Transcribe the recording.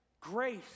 grace